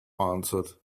answered